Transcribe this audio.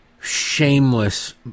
shameless